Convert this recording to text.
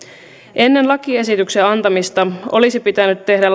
ennen lakiesityksen antamista olisi pitänyt tehdä